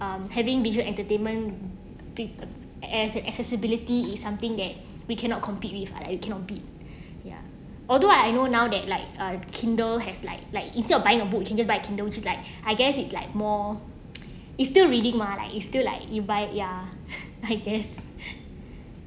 I'm having visual entertainment as accessibility is something that we cannot compete with you cannot beat ya although I know now that like a kindle has like like instead of buying a book can just buy a kindle which is like I guess it's like more is still reading mah like it still like you buy ya I guess